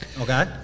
Okay